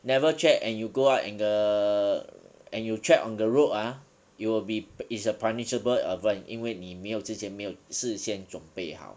never check and you go out and the and you check on the road ah you will be is a punishable avert 因为你没有之前没有事先准备好